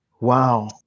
Wow